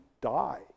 die